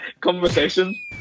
conversation